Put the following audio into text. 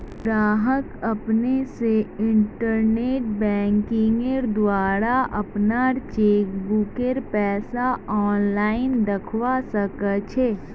गाहक अपने स इंटरनेट बैंकिंगेंर द्वारा अपनार चेकबुकेर पैसा आनलाईन दखवा सखछे